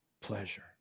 pleasure